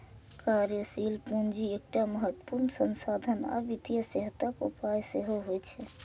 कार्यशील पूंजी एकटा महत्वपूर्ण संसाधन आ वित्तीय सेहतक उपाय सेहो होइ छै